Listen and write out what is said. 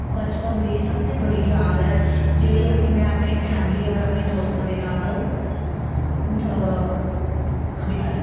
ਬਚਪਨ ਦੀ ਸਭ ਤੋਂ ਬੜੀ ਯਾਦ ਹੈ ਜਿਹੜੀ ਅਸੀਂ ਮੈਂ ਆਪਣੀ ਫੈਮਿਲੀ ਔਰ ਆਪਣੇ ਦੋਸਤਾਂ ਦੇ ਨਾਲ਼ ਬਿਤਾਈ